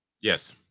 Yes